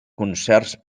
concerts